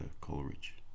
Coleridge